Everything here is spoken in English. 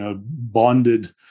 bonded